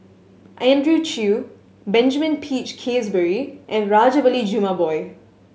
Andrew Chew Benjamin Peach Keasberry and Rajabali Jumabhoy